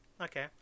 okay